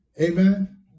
Amen